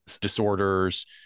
disorders